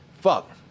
Fuck